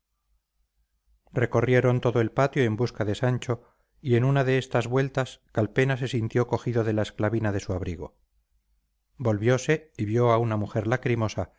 recorrieron todo el patio en busca de sancho y en una de estas vueltas calpena se sintió cogido de la esclavina de su abrigo volviose y vio a una mujer lacrimosa